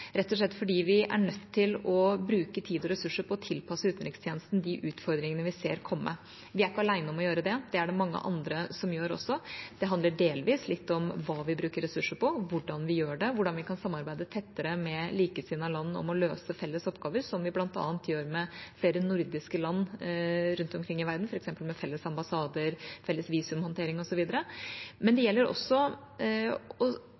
rett og slett fordi vi er nødt til å bruke tid og ressurser på å tilpasse utenrikstjenesten til de utfordringene vi ser komme. Vi er ikke alene om å gjøre det – det er det mange andre som også gjør. Det handler litt om hva vi bruker ressurser på, hvordan vi gjør det, hvordan vi kan samarbeide tettere med likesinnede land om å løse felles oppgaver, noe som vi bl.a. gjør med flere nordiske land rundt omkring i verden, f.eks. med felles ambassader, felles visumhåndtering osv. Men det